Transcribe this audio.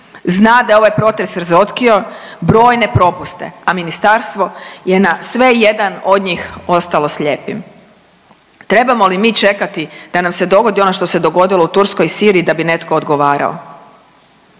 zna da je ovaj potres razotkrio brojne propuste, a Ministarstvo je na sve i jedan od njih ostalo slijepim. Trebamo li mi čekati da nam se dogodi ono što se dogodilo u Turskoj i Siriji da bi netko odgovarao?